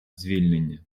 звільнення